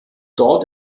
dort